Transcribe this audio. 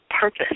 purpose